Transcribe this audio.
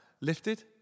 Lifted